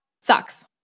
sucks